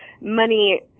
money